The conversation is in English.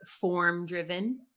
form-driven